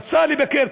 רצה לבקר,